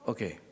Okay